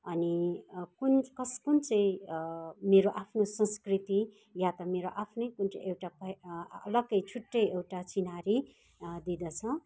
अनि कुन कस् कुन चाहिँ मेरो आफ्नो संस्कृति या त मेरो आफ्नै एउटा अलग्गै छुट्टै एउटा चिन्हारी दिँदछ